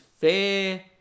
fair